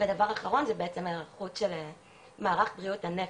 ודבר אחרון זה בעצם היערכות של מערך בריאות הנפש.